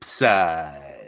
side